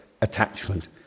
attachment